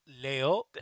Leo